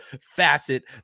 facet